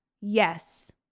yes